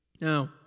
Now